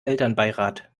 elternbeirat